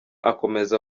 akomeza